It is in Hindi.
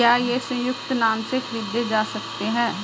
क्या ये संयुक्त नाम से खरीदे जा सकते हैं?